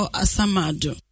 asamado